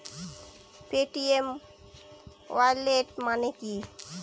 Paytm wallet মানে কি?